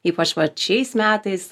ypač vat šiais metais